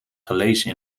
gelezen